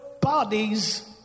bodies